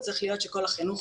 צריך להיות שכל החינוך